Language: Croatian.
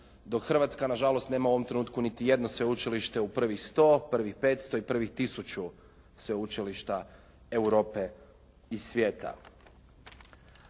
dok Hrvatska na žalost nema u ovom trenutku niti jedno sveučilište u prvih 100, prvih 500 i prvih tisuću sveučilišta Europe i svijeta.